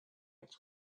its